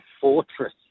fortress